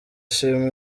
shima